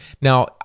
Now